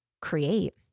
create